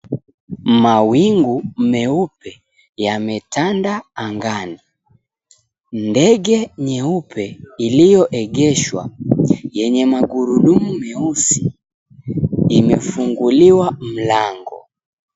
Mawingu meupe yametanda angani, ndege nyeupe ilioegeshwa yenye magurudumu meusi imefunguliwa mlango.